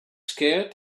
scared